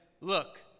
look